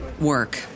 work